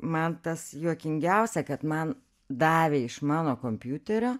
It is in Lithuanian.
man tas juokingiausia kad man davė iš mano kompiuterio